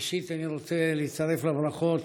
ראשית אני רוצה להצטרף לברכות